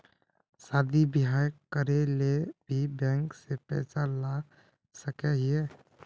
शादी बियाह करे ले भी बैंक से पैसा ला सके हिये?